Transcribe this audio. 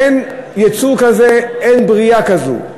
אין יצור כזה, אין ברייה כזו.